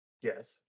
Yes